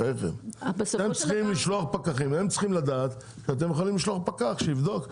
אתם צריכים לשלוח פקחים והם צריכים לדעת שאתם יכולים לשלוח פקח שיבדוק,